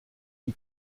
die